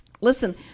listen